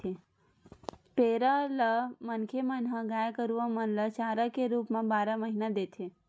पेरा ल मनखे मन ह गाय गरुवा मन ल चारा के रुप म बारह महिना देथे